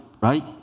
right